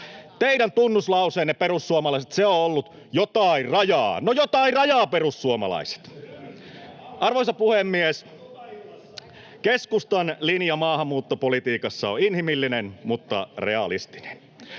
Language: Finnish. Teidän tunnuslauseenne, perussuomalaiset, on ollut: ”Jotain rajaa.” No jotain rajaa, perussuomalaiset! [Naurua — Ben Zyskowiczin välihuuto] Arvoisa puhemies! Keskustan linja maahanmuuttopolitiikassa on inhimillinen mutta realistinen.